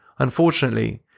Unfortunately